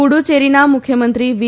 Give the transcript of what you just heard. પૂડુચેરીના મુખ્યમંત્રી વી